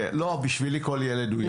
כן, לא בשבילי כל ילד הוא ילד.